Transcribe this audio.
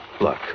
Look